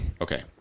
Okay